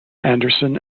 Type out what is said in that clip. anderson